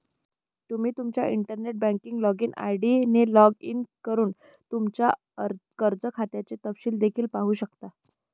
तुम्ही तुमच्या internet banking login ID ने लॉग इन करून तुमच्या कर्ज खात्याचे तपशील देखील पाहू शकता